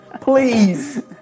please